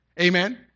Amen